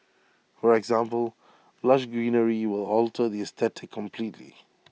for example lush greenery will alter the aesthetic completely